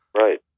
Right